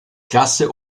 klasse